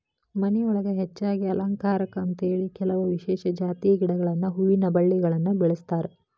ಮನಿಯೊಳಗ ಹೆಚ್ಚಾಗಿ ಅಲಂಕಾರಕ್ಕಂತೇಳಿ ಕೆಲವ ವಿಶೇಷ ಜಾತಿ ಗಿಡಗಳನ್ನ ಹೂವಿನ ಬಳ್ಳಿಗಳನ್ನ ಬೆಳಸ್ತಾರ